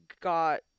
got